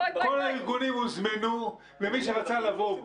כל הארגונים הוזמנו ומי שרצה לבוא,